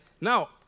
Now